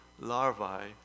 larvae